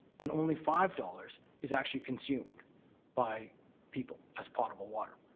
and only five dollars is actually consumed by people as potable water.